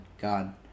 God